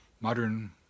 modern